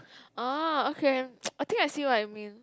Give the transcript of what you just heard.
oh okay I think I see what you mean